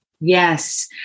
Yes